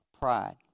pride